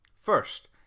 First